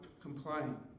complying